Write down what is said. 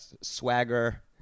swagger